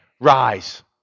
rise